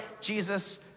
Jesus